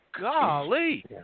Golly